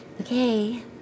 Okay